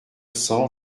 cents